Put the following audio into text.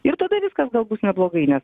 ir tada viskas gal bus neblogai nes